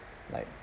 like